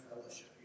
fellowship